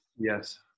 Yes